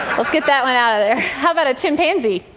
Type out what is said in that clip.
let's get that one out of there. how about a chimpanzee?